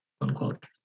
unquote